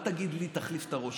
אל תגיד לי תחליף את הראש,